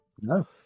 No